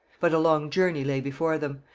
but a long journey lay before them.